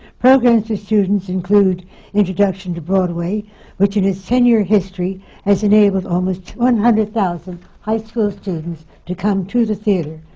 programs for students include introduction to broadway which in its ten-year history has enabled almost one hundred thousand high school students to come to the theatre,